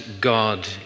God